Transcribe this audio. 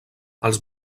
els